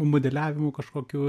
modeliavimu kažkokiu